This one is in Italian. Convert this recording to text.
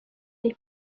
dei